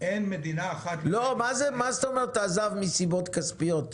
אין מדינה אחת --- מה זאת אומרת עזב מסיבות כספיות?